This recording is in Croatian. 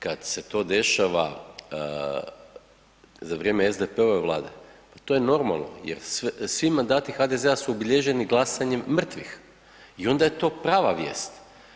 Kad se to dešava za vrijeme SDP-ove Vlade, to je normalno jer svi mandati HDZ-a su obilježeni glasanjem mrtvih i onda je to prava vijest.